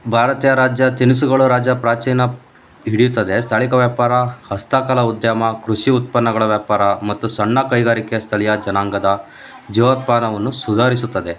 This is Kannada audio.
ಭಾರತೀಯ ರಾಜ್ಯ ತಿನಿಸುಗಳು ರಾಜ್ಯ ಪ್ರಾಚೀನ ಹಿಡಿಯುತ್ತದೆ ಸ್ಥಳೀಯ ವ್ಯಾಪಾರ ಹಸ್ತಕಲಾ ಉದ್ಯಮ ಕೃಷಿ ಉತ್ಪನ್ನಗಳ ವ್ಯಾಪಾರ ಮತ್ತು ಸಣ್ಣಕೈಗಾರಿಕೆಯ ಸ್ಥಳೀಯ ಜನಾಂಗದ ಜೀವನೋತ್ಪಾದನವನ್ನು ಸುಧಾರಿಸುತ್ತದೆ